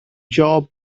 job